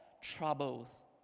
troubles